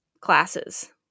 classes